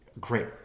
great